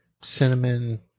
cinnamon